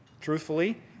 Truthfully